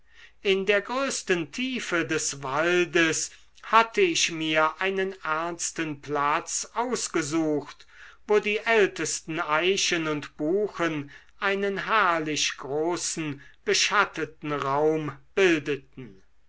in der größten tiefe des waldes hatte ich mir einen ernsten platz ausgesucht wo die ältesten eichen und buchen einen herrlich großen beschatteten raum bildeten